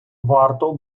варто